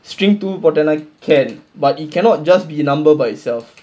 string to போட்டேனா:pottaenaa can but it cannot just be number by itself